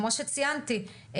כמו שציינתי,